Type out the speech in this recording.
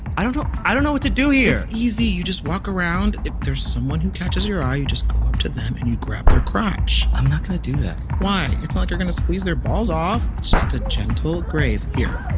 i don't know. i don't know what to do here it's easy. you just walk around. if there's someone who catches your eye, you just go up to them and you grab their crotch i'm not going to do that why? it's not like you're going to squeeze their balls off. it's just a gentle graze. here.